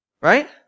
Right